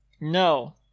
no